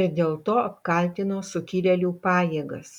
ir dėl to apkaltino sukilėlių pajėgas